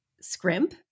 scrimp